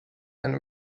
and